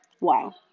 Wow